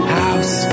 house